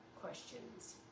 questions